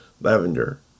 lavender